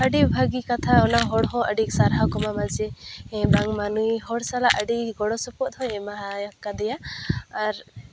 ᱟᱹᱰᱤ ᱵᱷᱟᱜᱮ ᱠᱟᱛᱷᱟ ᱚᱱᱟ ᱦᱚᱲ ᱦᱚᱸ ᱥᱟᱨᱦᱟᱣ ᱠᱚ ᱮᱢᱟᱢᱟ ᱡᱮ ᱦᱮᱸ ᱵᱟᱝᱢᱟ ᱱᱩᱭ ᱦᱚᱲ ᱥᱟᱞᱟᱜ ᱟᱹᱰᱤ ᱜᱚᱲᱚᱥᱚᱯᱚᱦᱚᱫ ᱦᱚᱸᱭ ᱮᱢᱟ ᱠᱟᱫᱮᱭᱟ ᱟᱨ